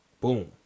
Boom